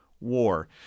war